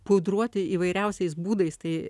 pudruoti įvairiausiais būdais tai